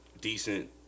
decent